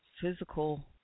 physical